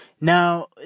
Now